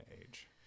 age